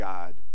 God